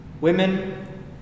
women